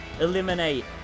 Eliminate